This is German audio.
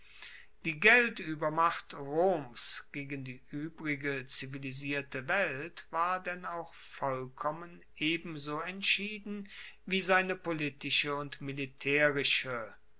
die gelduebermacht roms gegen die uebrige zivilisierte welt war denn auch vollkommen ebenso entschieden wie seine politische und militaerische